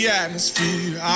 atmosphere